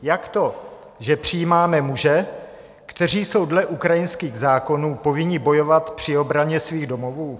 Jak to, že přijímáme muže, kteří jsou dle ukrajinských zákonů povinni bojovat při obraně svých domovů?